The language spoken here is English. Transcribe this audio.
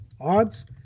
odds